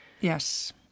Yes